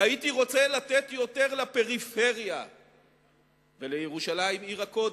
הייתי רוצה לתת יותר לפריפריה ולירושלים עיר הקודש,